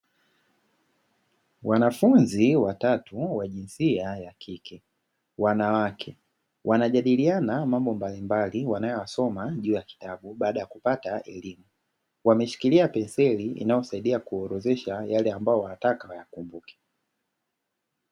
Wanafunzi watatu wa jinsia ya kike, wanawake, wanajadiliana mambo mbalimbali wanayoyasoma juu ya kitabu baada ya kupata elimu. Wameshikilia penseli inayosaidia kuorodhesha yale ambayo wanataka wayakumbuke.